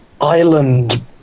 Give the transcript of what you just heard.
island